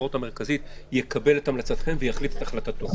הבחירות המרכזית יקבל את המלצתכם ויחליט את החלטתו,